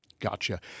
Gotcha